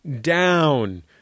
down